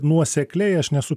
nuosekliai aš nesu